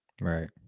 Right